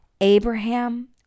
Abraham